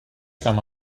comme